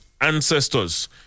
Ancestors